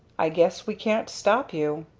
i guess we can't stop you.